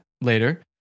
later